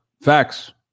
facts